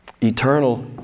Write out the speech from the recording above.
eternal